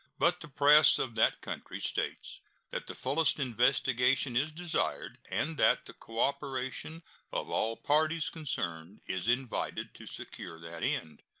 but the press of that country states that the fullest investigation is desired, and that the cooperation of all parties concerned is invited to secure that end.